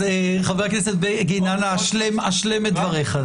חבר הכנסת בגין, אנא השלם את דבריך.